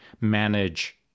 manage